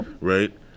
Right